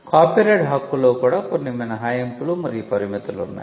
copyright హక్కులో కూడా కొన్ని మినహాయింపులు మరియు పరిమితులు ఉన్నాయి